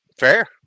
Fair